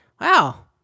wow